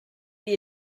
you